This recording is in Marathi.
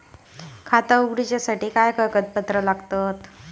खाता उगडूच्यासाठी काय कागदपत्रा लागतत?